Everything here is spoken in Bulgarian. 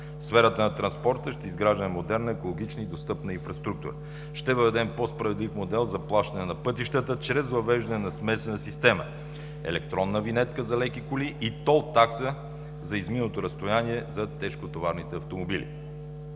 сферата на транспорта ще изграждаме модерна, екологична и достъпна инфраструктура. Ще въведем по-справедлив модел за плащане на пътищата чрез въвеждане на смесена система – електронна винетка за леки коли и тол такса за изминато разстояние за тежкотоварни автомобили.